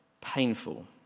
painful